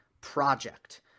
project